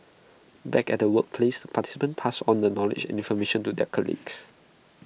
back at workplace participants pass on the knowledge and information to their colleagues